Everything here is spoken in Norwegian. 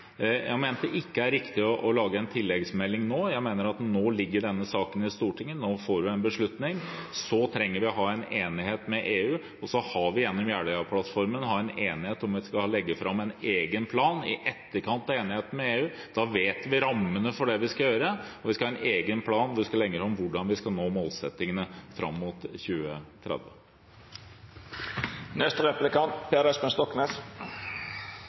Jeg mente det ikke var riktig å lage en tilleggsmelding nå. Nå ligger denne saken i Stortinget, og vi får en beslutning. Så trenger vi å få en enighet med EU. Gjennom Jeløya-plattformen har vi en enighet om at vi skal legge fram en egen plan i etterkant av enigheten med EU. Da vet vi hva rammene er for det vi skal gjøre, og vi skal ha en egen plan om hvordan vi skal nå målsettingene fram mot